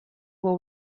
will